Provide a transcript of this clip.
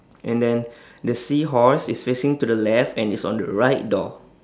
and then the seahorse is facing to the left and is on the right door